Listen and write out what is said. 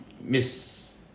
miss